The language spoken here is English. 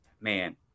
man